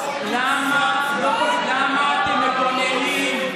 למה אתם מגוננים?